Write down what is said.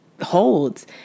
holds